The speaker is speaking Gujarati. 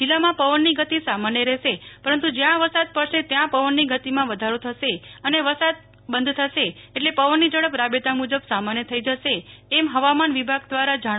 જિલ્લામાં પવનની ગતિ સામાન્ય રહેશે પરંતુ જયાં વરસાદ પડશે ત્યાં પવનની ગતિમાં વધારો થશે અને જેવો વરસાદ બંધ થશે એટલે પવનની ઝડપ રાબેતા મુજબ સામાન્ય થઇ જશે એમ હવામાન વિભાગ દ્વારા જણાવાયુ હતું